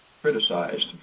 criticized